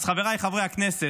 אז חבריי חברי הכנסת,